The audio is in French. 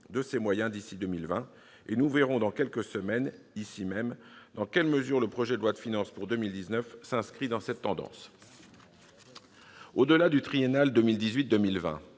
de ses moyens d'ici à 2020. Nous verrons dans quelques semaines dans quelle mesure le projet de loi de finances pour 2019 s'inscrit dans cette tendance. Au-delà du triennal 2018-2020,